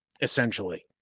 essentially